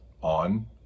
on